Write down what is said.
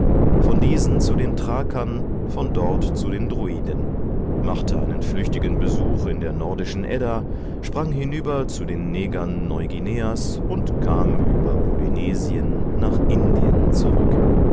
von diesen zu den thrakern von dort zu den druiden machte einen flüchtigen besuch in der nordischen edda sprang hinüber zu den negern neu guineas und kam über polynesien nach indien zurück